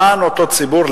למען אותו ציבור,